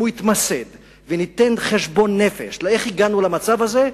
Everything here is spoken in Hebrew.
אם הוא יתמסד ונעשה חשבון נפש איך הגענו למצב הזה,